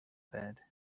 bed